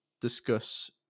discuss